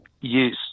Yes